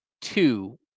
two